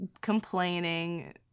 complaining